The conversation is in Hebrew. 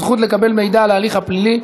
הזכות לקבל מידע על ההליך הפלילי),